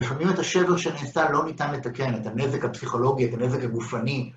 לפעמים את השבר שנעשה לא ניתן לתקן, את הנזק הפסיכולוגי, את הנזק הגופני.